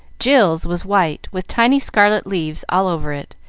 jill's was white, with tiny scarlet leaves all over it,